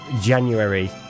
January